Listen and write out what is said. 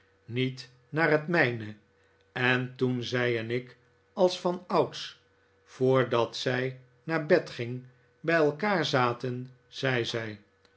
niet naar het mijne en toen zij en ik als vanouds voordat zij naar bed ging bij elkaar zaten